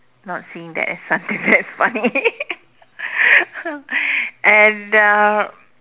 not seeing that as something that is funny and uh